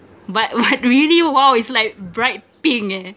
but what really !wow! is like bright pink eh